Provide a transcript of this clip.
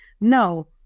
no